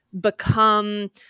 become